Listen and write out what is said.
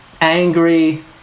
angry